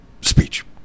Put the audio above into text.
speech